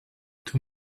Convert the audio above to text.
two